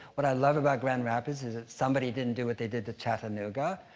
what i love about grand rapids is that somebody didn't do what they did to chattanooga,